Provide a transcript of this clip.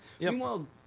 Meanwhile